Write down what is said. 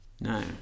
No